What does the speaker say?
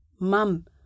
Mum